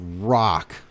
Rock